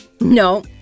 No